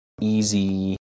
easy